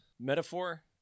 metaphor